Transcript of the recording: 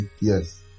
Yes